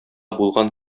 булган